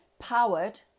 Powered